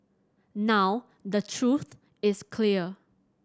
now the truth is clear